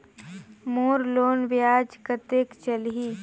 मोर loan ब्याज कतेक चलही?